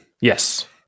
Yes